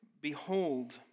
behold